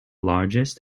largest